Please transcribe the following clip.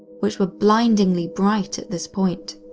which were blindingly bright at this point.